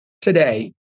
today